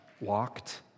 walked